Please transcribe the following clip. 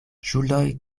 ŝuldoj